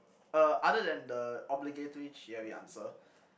uh other than the obligatory theory answer